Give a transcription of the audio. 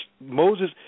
Moses